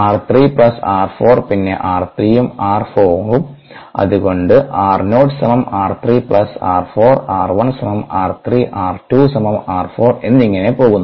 r3 plus r4 പിന്നെ r3യും r4ഉംഅത്കൊണ്ട് r നോട്ട് സമം r3 പ്ളസ് r4r1 സമം r3r2 സമം r4 എന്നിങ്ങനെ പോകുന്നു